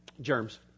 Germs